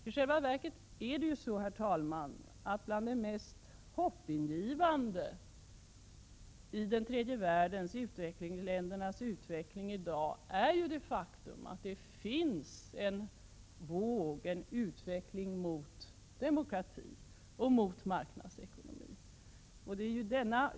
I själva verket är det faktum att det pågår en utveckling mot demokrati och marknadsekonomi bland det mest hoppingivande i utvecklingen i länderna i den tredje världen.